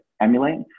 emulate